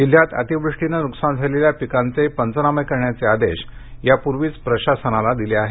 जिल्ह्यात अतिवृष्टीनं नुकसान झालेल्या पिकांचे पंचनामे करण्याचे आदेश यापूर्वीच प्रशासनाला दिले आहे